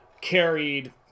Carried